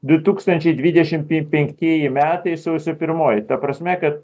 du tūkstančiai dvidešim pi penktieji metai sausio pirmoji ta prasme kad